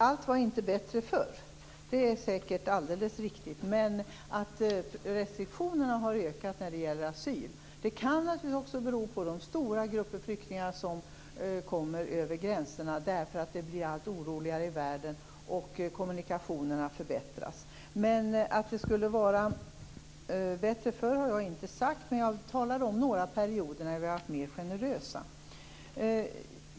Fru talman! Det är säkert alldeles riktigt att allt inte var bättre förr, men restriktionerna har ökat i asylärenden. Det kan naturligtvis också bero på de stora grupper av flyktingar som kommer över gränserna på grund av att det blir allt oroligare i världen och på grund av att kommunikationerna förbättras. Jag har inte sagt att det var bättre förr, men jag talade om några perioder när vi var mer generösa.